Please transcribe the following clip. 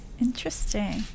Interesting